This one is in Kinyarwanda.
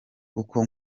kuko